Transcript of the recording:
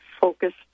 focused